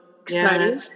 excited